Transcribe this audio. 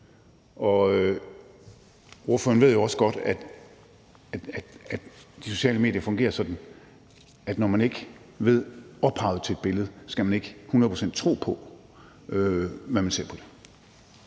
Og ordføreren ved jo også godt, at de sociale medier fungerer sådan, at når man ikke kender ophavet til et billede, skal man ikke hundrede procent tro på, hvad man ser på det.